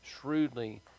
shrewdly